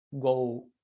go